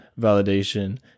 validation